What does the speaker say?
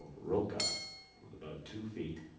rocca with about two feet